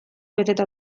beteta